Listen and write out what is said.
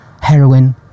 Heroin